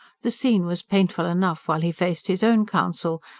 the scene was painful enough while he faced his own counsel,